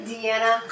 Deanna